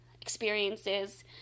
experiences